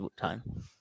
time